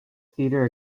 theatre